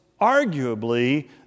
arguably